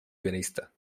pianista